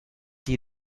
die